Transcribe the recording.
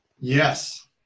Yes